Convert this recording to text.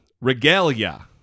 regalia